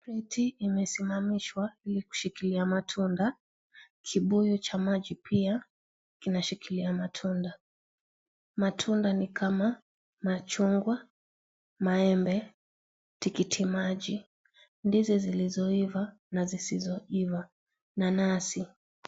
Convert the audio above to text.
Mti imesimamishwa ili kushikilia matunda. Kibuyu cha maji pia kinashikilia matunda. Matunda ni kama: machungwa, maembe, tikiti maji, ndizi zilizoiva na zisizoiva, nanasi.